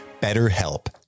BetterHelp